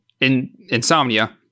insomnia